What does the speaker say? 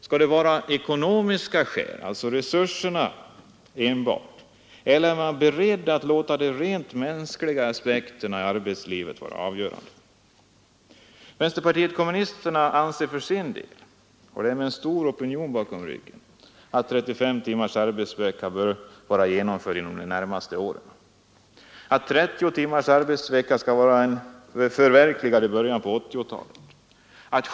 Skall det vara ekonomiska skäl, dvs. enbart resurserna, eller är man beredd att låta de rent mänskliga aspekterna i arbetslivet vara avgörande? Vänsterpartiet kommunisterna anser för sin del, och med en stor opinion bakom ryggen, att 35 timmars arbetsvecka bör vara genomförd inom de närmaste åren. 30 timmars arbetsvecka skall vara förverkligad i början av 1980-talet.